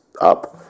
up